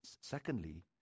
Secondly